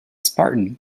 spartan